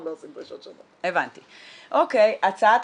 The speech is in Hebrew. אנחנו לא עושים דרישות שונות.